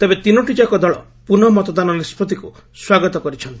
ତେବେ ତିନୋଟି ଯାକ ଦଳ ପୁନଃ ମତଦାନ ନିଷ୍ପଭିକୁ ସ୍ୱାଗତ କରିଛନ୍ତି